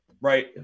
Right